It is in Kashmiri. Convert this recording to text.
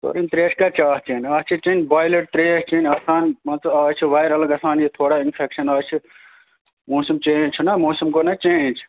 تُرٕنۍ تریش کَتہِ چھِ اَتھ چیٚنۍ اَتھ چھِ کہیٚنۍ بۄیِلٕڈ تریش چیٚنۍ آسان مان ژٕ آز چھِ وایرَل گژھان یہِ تھوڑا اِنفیٚکشَن آز چھِ موسم چینج چھِنہٕ موسَم گوٚو نا چینج